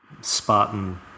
Spartan